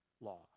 Law